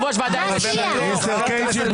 איזה שיח זה?